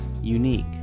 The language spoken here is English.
unique